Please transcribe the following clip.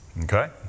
Okay